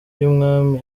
y’umwami